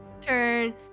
turn